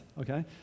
Okay